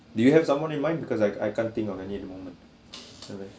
did you have someone in mind because I I can't think of any at the moment